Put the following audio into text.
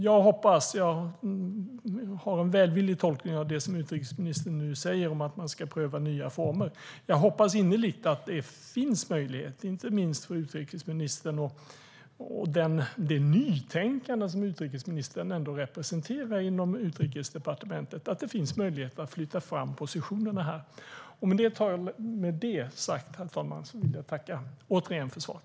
Jag gör en välvillig tolkning av det som utrikesministern säger om att pröva nya former. Jag hoppas innerligt att det finns möjlighet att flytta fram positionerna här, inte minst för utrikesministern och det nytänkande som utrikesministern representerar inom Utrikesdepartementet. Herr talman! Med det sagt vill jag återigen tacka för svaret.